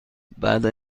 بعدا